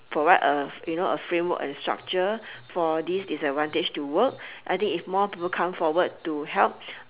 provide a you know a framework and structure for these disadvantage to work I think if more people come forward to help